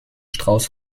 strauß